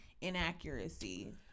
inaccuracy